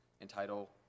entitle